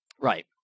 Right